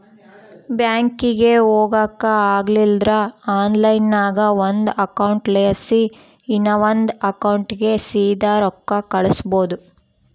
ಬ್ಯಾಂಕಿಗೆ ಹೊಗಾಕ ಆಗಲಿಲ್ದ್ರ ಆನ್ಲೈನ್ನಾಗ ಒಂದು ಅಕೌಂಟ್ಲಾಸಿ ಇನವಂದ್ ಅಕೌಂಟಿಗೆ ಸೀದಾ ರೊಕ್ಕ ಕಳಿಸ್ಬೋದು